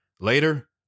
Later